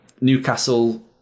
Newcastle